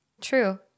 True